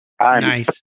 nice